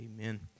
Amen